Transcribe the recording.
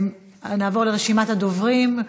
נעבור לרשימת הדוברים.